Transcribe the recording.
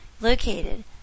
located